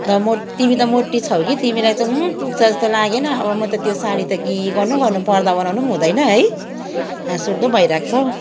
र म तिमी त मोटी छौ कि तिमीलाई चाहिँ उँहुँ पुग्छ जस्तो लागेन अब म त त्यो साडी त के गर्नु गर्नु पर्दा बनाउनु पनि हुँदैन है हाँसउठ्दो भइरहेको छ हौ